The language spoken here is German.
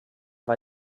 war